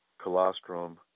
colostrum